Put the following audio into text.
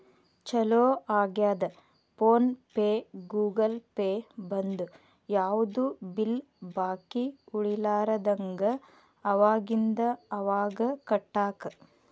ಚೊಲೋ ಆಗ್ಯದ PhonePe Google Pay ಬಂದು ಯಾವ್ದು ಬಿಲ್ ಬಾಕಿ ಉಳಿಲಾರದಂಗ ಅವಾಗಿಂದ ಅವಾಗ ಕಟ್ಟಾಕ